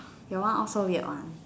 your one all so weird one